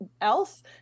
else